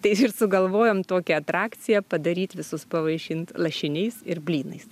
tai ir sugalvojom tokią atrakciją padaryt visus pavaišint lašiniais ir blynais